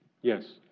Yes